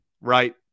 right